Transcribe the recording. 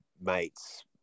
mates